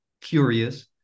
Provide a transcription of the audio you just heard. curious